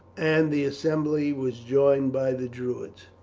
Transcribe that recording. and the assembly was joined by the druids.